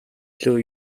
илүү